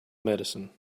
medicine